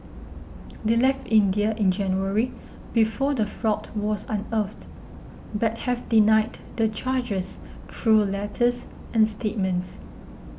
they left India in January before the fraud was unearthed but have denied the charges through letters and statements